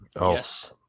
Yes